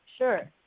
Sure